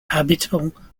habitable